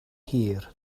hir